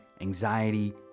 anxiety